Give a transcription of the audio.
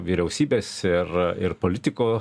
vyriausybės ir ir politiko